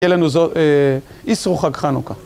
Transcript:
יהיה לנו זאת, איסרו חג חנוכה.